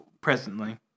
presently